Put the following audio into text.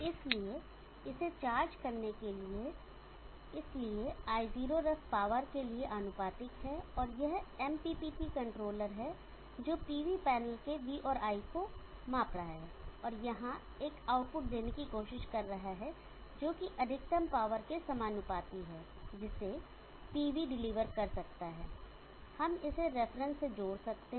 इसलिए इसे चार्ज करने के लिए इसलिए i0ref पावर के लिए आनुपातिक है और यह MPPT कंट्रोलर है जो PV पैनल के V और I को माप रहा है और यहाँ एक आउटपुट देने की कोशिश कर रहा है जो कि अधिकतम पावर के समानुपाती है जिसे PV डिलीवर कर सकता है हम इसे इस रेफरेंस से जोड़ सकते हैं